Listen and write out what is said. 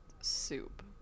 soup